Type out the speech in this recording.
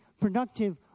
productive